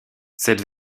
cette